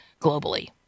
globally